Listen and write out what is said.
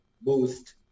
boost